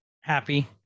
Happy